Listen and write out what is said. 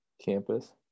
Campus